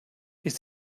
ist